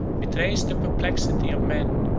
betrays the perplexity of men,